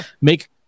make